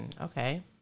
Okay